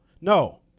no